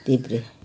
देब्रे